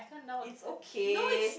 it's okay